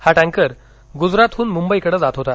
हा टँकर गुजरातहुन मुंबई कडे जात होता